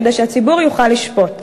כדי שהציבור יוכל לשפוט,